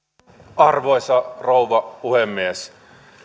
arvoisa rouva puhemies